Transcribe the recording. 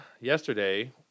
yesterday